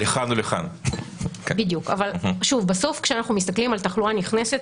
אבל בסוף כשאנחנו מסתכלים על תחלואה נכנסת,